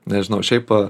nežinau šiaip